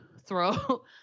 throw